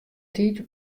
tiid